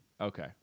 Okay